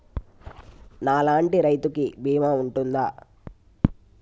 నా లాంటి రైతు కి బీమా ఉంటుందా?